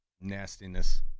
nastiness